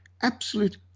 absolute